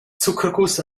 zuckerguss